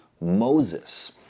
Moses